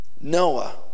Noah